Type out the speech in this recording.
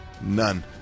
None